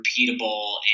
repeatable